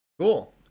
cool